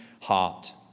heart